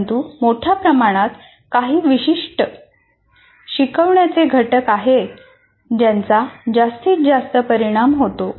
परंतु मोठ्या प्रमाणात काही विशिष्ट शिकवण्याचे घटक आहेत ज्यांचा जास्तीत जास्त परिणाम होतो